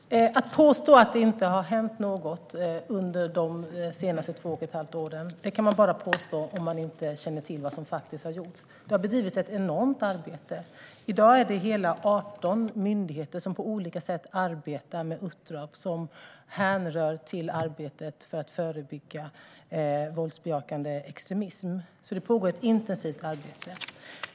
Fru talman! Man kan bara påstå att det inte har hänt något under de senaste två och ett halvt åren om man inte känner till vad som faktiskt har gjorts. Det har bedrivits ett enormt arbete. I dag är det hela 18 myndigheter som på olika sätt arbetar med uppdrag som rör arbetet med att förebygga våldsbejakande extremism. Det pågår alltså ett intensivt arbete.